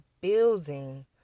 building